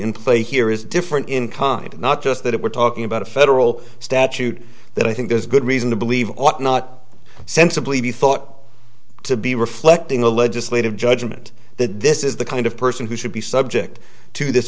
play here is different in kind not just that we're talking about a federal statute that i think there's good reason to believe ought not sensibly be thought to be reflecting a legislative judgment that this is the kind of person who should be subject to this